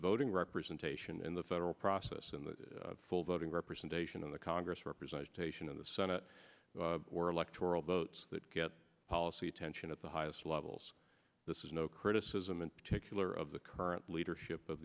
voting representation in the federal process and the full voting representation in the congress representation in the senate or electoral votes that get policy attention at the highest levels this is no criticism in particular of the current leadership of